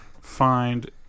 find